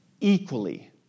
Equally